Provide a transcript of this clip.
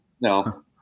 No